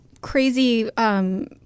crazy